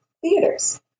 theaters